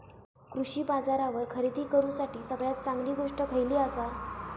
कृषी बाजारावर खरेदी करूसाठी सगळ्यात चांगली गोष्ट खैयली आसा?